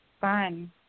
Fun